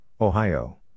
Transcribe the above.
Ohio